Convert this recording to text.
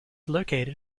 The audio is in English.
located